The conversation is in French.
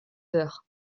peur